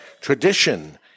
tradition